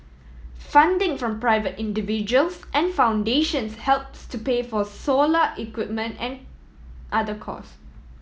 funding from private individuals and foundations helps to pay for solar equipment and other cost